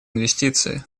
инвестиции